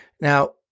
Now